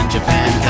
Japan